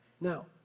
Now